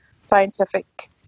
scientific